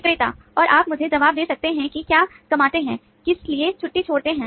विक्रेता और आप मुझे जवाब दे सकते हैं कि क्या कमाते हैं किस लिए छुट्टी छोड़ते हैं